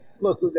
look